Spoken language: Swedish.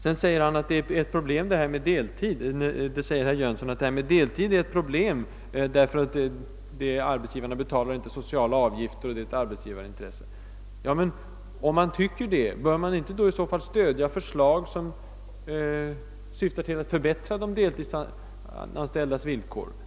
Vidare säger herr Jönsson att det är ett problem, detta med deltid, därför att arbetsgivarna inte betalar sociala avgifter, och att deltidsanställning därför skulle ligga i arbetsgivarnas intresse. Men om man tycker det, bör man inte i så fall stödja förslag, som syftar till att förbättra de deltidsanställdas villkor?